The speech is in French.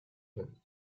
rondes